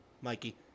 Mikey